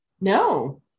No